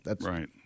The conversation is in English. Right